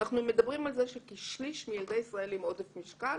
אנחנו מדברים על זה שכשליש מילדי ישראל עם עודף משקל